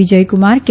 વિજયકુમાર કે